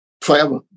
forever